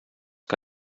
que